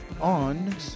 on